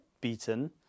beaten